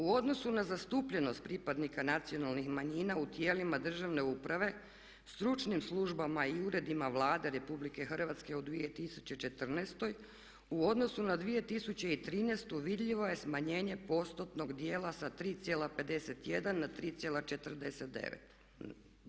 U odnosu na zastupljenost pripadnika nacionalnih manjina u tijelima državne uprave, stručnim službama i uredima Vlade RH u 2014. u odnosu na 2013. vidljivo je smanjenje postotnog dijela sa 3,51 na 3,49.